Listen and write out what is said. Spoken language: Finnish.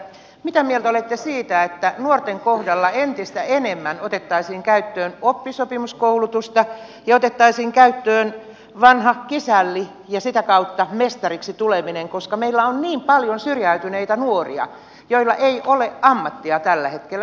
mitä mieltä olette siitä että nuorten kohdalla entistä enemmän otettaisiin käyttöön oppisopimuskoulutusta ja otettaisiin käyttöön vanha kisälli ja sitä kautta mestariksi tuleminen koska meillä on niin paljon syrjäytyneitä nuoria joilla ei ole ammattia tällä hetkellä